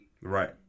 Right